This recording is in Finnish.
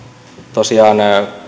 tosiaan